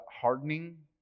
hardening